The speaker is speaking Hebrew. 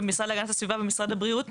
למשרד להגנת הסביבה ולמשרד הבריאות